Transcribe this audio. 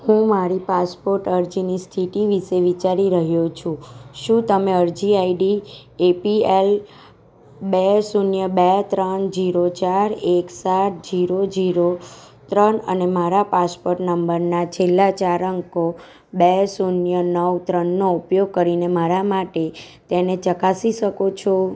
મારી પાસપોર્ટ અરજીની સ્થિતિ વિષે વિચારી રહ્યો છું શું તમે અરજી આઈડી એપીએલ બે શૂન્ય બે ત્રણ જીરો ચાર એક સાત જીરો જીરો ત્રણ અને મારા પાસપોર્ટ નંબરના છેલ્લા ચાર અંકો બે શૂન્ય નવ ત્રણ નવ ઉપયોગ કરીને મારા માટે તેને ચકાસી શકો છો